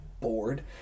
bored